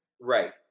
Right